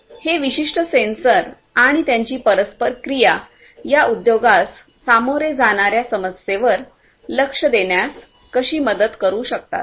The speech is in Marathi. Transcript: हे विशिष्ट सेन्सर आणि त्यांची परस्पर क्रिया या उद्योगास सामोरे जाणाऱ्या समस्येवर लक्ष देण्यास कशी मदत करू शकतात